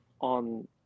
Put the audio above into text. on